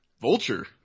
Vulture